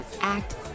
act